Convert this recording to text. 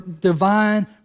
divine